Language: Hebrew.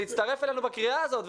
להצטרף אלינו בקריאה הזאת,